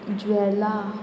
ज्वेला